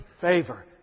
favor